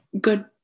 good